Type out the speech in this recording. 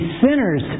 sinners